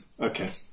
Okay